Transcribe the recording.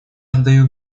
отдаю